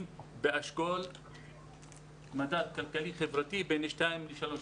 באשכול מדד כלכלי חברתי בין 2 ל-3.